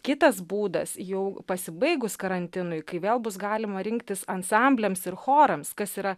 kitas būdas jau pasibaigus karantinui kai vėl bus galima rinktis ansambliams ir chorams kas yra